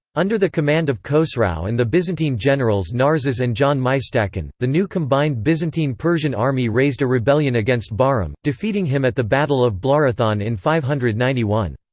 under the command of khosrau and the byzantine generals narses and john mystacon, the new combined byzantine-persian army raised a rebellion against bahram, defeating him at the battle of blarathon in five hundred and ninety one.